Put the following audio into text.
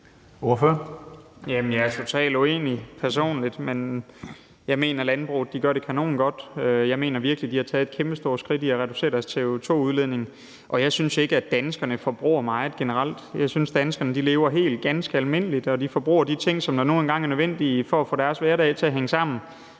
Jeg er totalt uenig personligt. Jeg mener, at landbruget gør det kanongodt. Jeg mener virkelig, de har taget et kæmpestort skridt i at reducere deres CO2-udledning, og jeg synes ikke, at danskerne forbruger meget generelt. Jeg synes, at danskerne lever helt ganske almindeligt og forbruger de ting, som nu engang er nødvendige for at få deres hverdag til at hænge sammen.